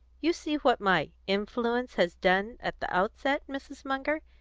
you see what my influence has done at the outset, mrs. munger.